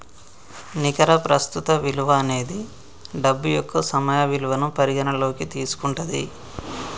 నికర ప్రస్తుత విలువ అనేది డబ్బు యొక్క సమయ విలువను పరిగణనలోకి తీసుకుంటది